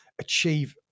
achieve